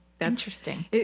Interesting